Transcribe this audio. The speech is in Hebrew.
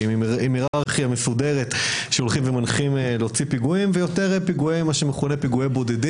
עם היררכיה מסודרת שמנחים להוציא פיגועים ויותר פיגועי בודדים,